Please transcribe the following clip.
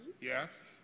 Yes